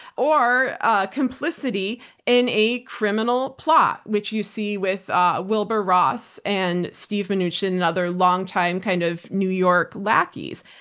or ah complicity in a criminal plot which you see with ah wilbur ross and steve mnuchin and other long-time kind of new york lackeys.